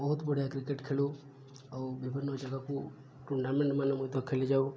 ବହୁତ ବଢ଼ିଆ କ୍ରିକେଟ୍ ଖେଳୁ ଆଉ ବିଭିନ୍ନ ଜାଗାକୁ ଟୁର୍ଣ୍ଣାମେଣ୍ଟ ମାନ ମଧ୍ୟ ଖେଳିଯାଉ